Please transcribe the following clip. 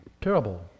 Terrible